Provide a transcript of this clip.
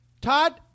Todd